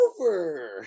over